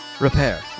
Repair